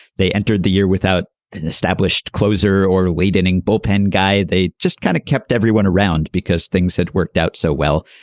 they entered the year without an established closer or late inning bullpen guy. they just kind of kept everyone around because things had worked out so well.